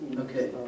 Okay